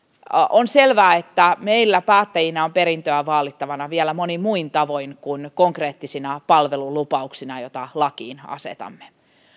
on selvää että meillä päättäjinä on perintöä vaalittavana vielä monin muin tavoin kuin konkreettisina palvelulupauksina joita lakiin asetamme